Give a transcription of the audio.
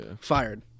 Fired